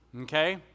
Okay